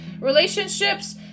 relationships